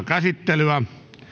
käsittelyä